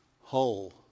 whole